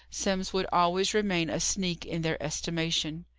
simms would always remain a sneak in their estimation.